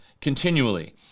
continually